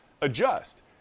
adjust